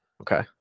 Okay